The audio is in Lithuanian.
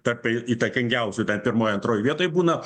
tarp į įtakingiausių ten pirmoj antroj vietoj būna